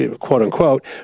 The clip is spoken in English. quote-unquote